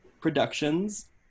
productions